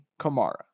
Kamara